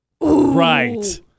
Right